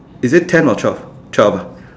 is it ten or twelve twelve ah